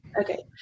okay